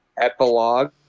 epilogue